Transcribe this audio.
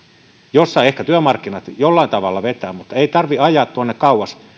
jossa ehkä työmarkkinat jollain tavalla vetävät mutta ei tarvitse ajaa kauas